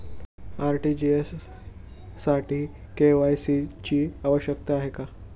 RTGS साठी KYC ची आवश्यकता आहे का?